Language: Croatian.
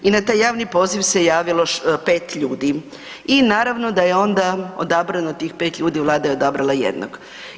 I na taj javni poziv se javilo 5 ljudi i naravno da je onda odabrano tih 5 ljudi, Vlada je odabrala jednog.